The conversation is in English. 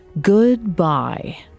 goodbye